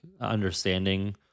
understanding